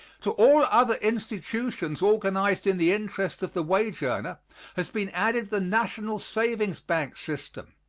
to all other institutions organized in the interest of the wage earner has been added the national savings bank system,